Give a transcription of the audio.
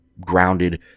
Grounded